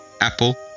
Apple